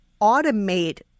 automate